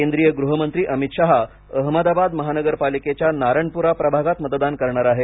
केंद्रीय गृहमंत्री अमित शहा अहमदाबाद महानगरपालिकेच्या नारनपुरा प्रभागात मतदान करणार आहेत